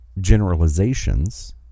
Generalizations